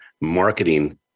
marketing